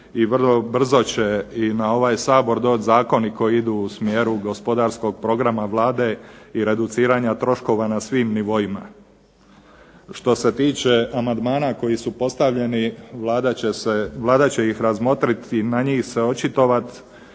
i vrlo brzo će i na ovaj Sabor doći zakoni koji idu u smjeru gospodarskog programa Vlade i reduciranja troškova na svim nivoima. Što se tiče amandmana koji se postavljeni, Vlada će ih razmotriti i na njih se očitovati.